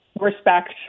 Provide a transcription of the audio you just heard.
respect